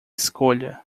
escolha